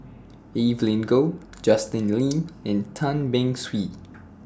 Evelyn Goh Justin Lean and Tan Beng Swee